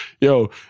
Yo